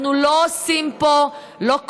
אנחנו לא עושים פה קומבינות,